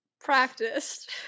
practiced